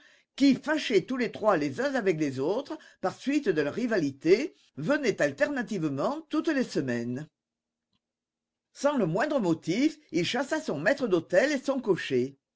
qui fâchés tous les trois les uns avec les autres par suite de leur rivalité venaient alternativement toutes les semaines sans le moindre motif il chassa son maître d'hôtel et son cocher